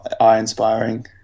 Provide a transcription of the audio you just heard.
eye-inspiring